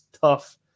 tough